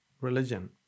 religion